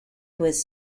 was